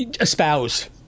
espouse